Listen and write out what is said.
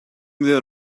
there